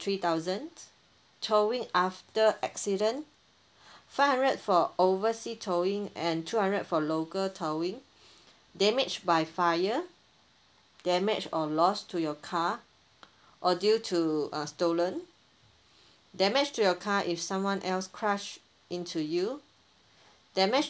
three thousand towing after accident five hundred for oversea towing and two hundred for local towing damage by fire damage or loss to your car or due to uh stolen damage to your car if someone else crushed into you damage